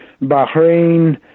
bahrain